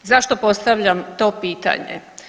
Zašto postavljam to pitanje.